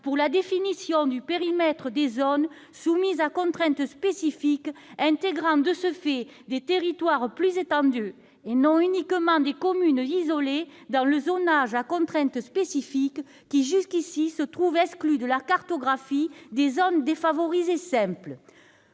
pour la définition du périmètre des zones soumises à contraintes spécifiques intégrant, de ce fait, des territoires plus étendus, et non uniquement des communes isolées, dans le zonage à contraintes spécifiques, qui se trouvaient jusqu'ici exclus de la cartographie des zones défavorisées simples.